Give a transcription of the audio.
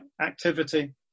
activity